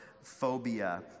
phobia